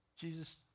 Jesus